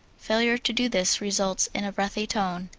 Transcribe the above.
failure to do this results in a breathy tone.